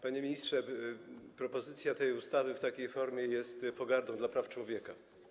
Panie ministrze, propozycja tej ustawy w takiej formie jest pogardą dla praw człowieka.